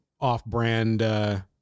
off-brand